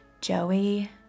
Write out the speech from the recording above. Joey